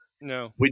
No